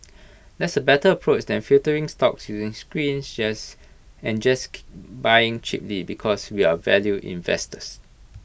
that's A better approach than just filtering stocks using screens and just buying cheaply because we're value investors